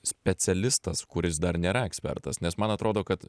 specialistas kuris dar nėra ekspertas nes man atrodo kad